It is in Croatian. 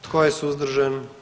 Tko je suzdržan?